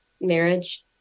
marriage